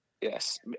Yes